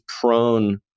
prone